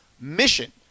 MISSION